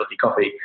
coffee